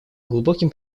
глубоким